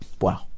Wow